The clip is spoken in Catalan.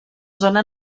zona